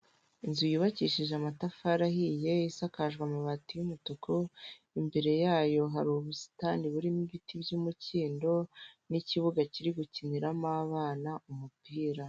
Inzu yubakishije amatafari ahiye isakaje amabati y'umutuku imbere yayo hari ubusitani burimo ibiti by'umukindo n'ikibuga kiri gukiniramo abana umupira .